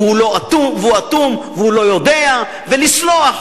והוא אטום והוא לא יודע ולסלוח.